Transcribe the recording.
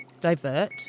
Divert